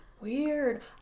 Weird